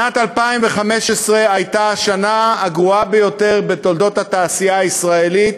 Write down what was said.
שנת 2015 הייתה השנה הגרועה ביותר בתולדות התעשייה הישראלית: